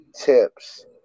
tips